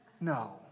No